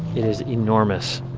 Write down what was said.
it is enormous.